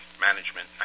Management